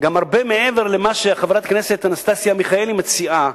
גם הרבה מעבר למה שחברת הכנסת אנסטסיה מיכאלי מציעה.